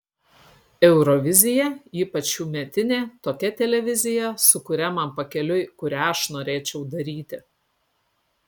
eurovizija ypač šiųmetinė tokia televizija su kuria man pakeliui kurią aš norėčiau daryti